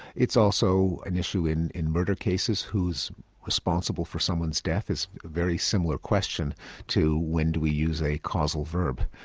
it's also in issue in in murder cases who is responsible for someone's death is a very similar question to when do we use a causal verb.